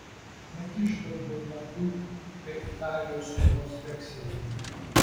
nekišk daugiau nagų prie italijos skolos vekselių